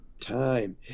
time